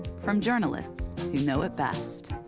from journalists who know it best.